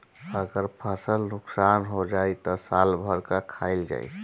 अगर फसल नुकसान हो जाई त साल भर का खाईल जाई